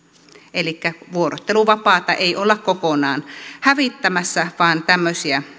elikkä vuorotteluvapaata ei olla kokonaan hävittämässä vaan tämmöisiä